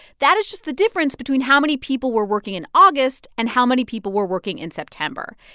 that is just the difference between how many people were working in august and how many people were working in september.